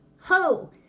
ho